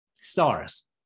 stars